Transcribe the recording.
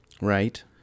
Right